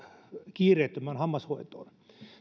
kiireettömään hammashoitoon